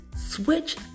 Switch